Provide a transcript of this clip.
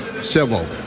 civil